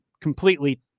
completely